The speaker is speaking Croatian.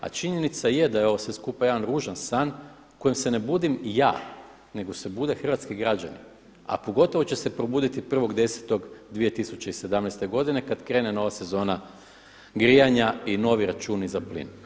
A činjenica je da je ovo skupa jedan ružan san u kojem se ne budim ja nego se bude hrvatski građani, a pogotovo će se probuditi 1.10.2017. godine kada krene nova sezona grijanja i novi računi za plin.